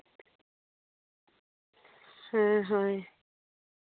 ᱦᱮᱸ ᱦᱳᱭ